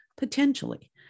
Potentially